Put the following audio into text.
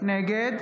נגד